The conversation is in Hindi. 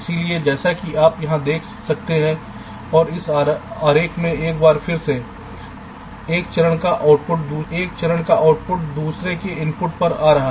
इसलिए जैसा कि आप यहां देख सकते हैं और यह आरेख एक बार फिर से एक चरण का आउटपुट दूसरे के इनपुट के रूप में आ रहा है एक चरण का आउटपुट दूसरे के इनपुट पर आ रहा है